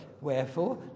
Wherefore